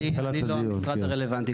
אני לא המשרד הרלוונטי.